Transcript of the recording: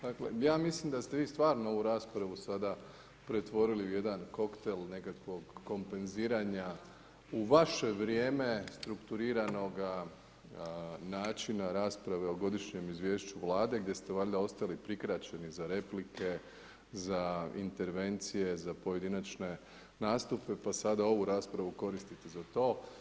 Dakle, ja mislim da ste vi stvarno ovu raspravu sada pretvorili u jedan koktel nekakvog kompenziranja u vaše vrijeme strukturiranoga načina rasprave o godišnjem izvješću Vlade gdje ste valjda ostali prikraćeni za replike, za intervencije, za pojedinačne nastupe pa sada ovu raspravu koristite za to.